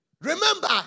Remember